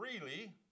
freely